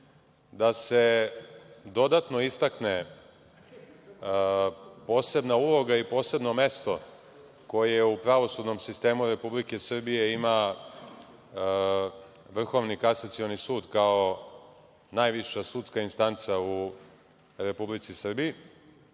da se dodatno istakne posebna uloga i posebno mesto koje u pravosudnom sistemu Republike Srbije ima Vrhovni Kasacioni sud, kao najviša sudska instanca u Republici Srbiji.